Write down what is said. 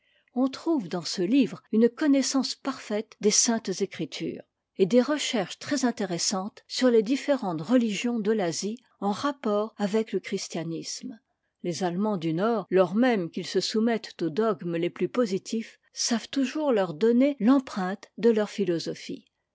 on trouve dans ce livre une connaissance parfaite des saintes écritures et des recherches trèsintéressantes sur les différentes religions de l'asie en rapport avec le christianisme les allemands du nord lors même qu'ils se soumettent aux dogmes les plus positifs savent toujours leur donner l'empreinte de leur philosophie